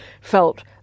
felt